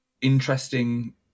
interesting